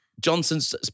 Johnson's